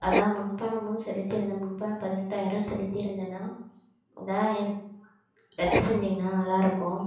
அதுதான் முன் பணமும் செலுத்தியிருந்தேன் முன் பணம் பதினெட்டாயிரம் செலுத்தியிருந்தேண்ணா அதுதான் எனக் ரத்து செஞ்சீங்கன்னால் நல்லாயிருக்கும்